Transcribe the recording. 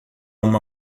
uma